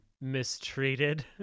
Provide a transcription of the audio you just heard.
mistreated